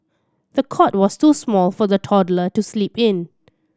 the cot was too small for the toddler to sleep in